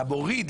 אתה מוריד.